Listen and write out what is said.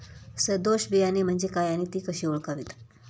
सदोष बियाणे म्हणजे काय आणि ती कशी ओळखावीत?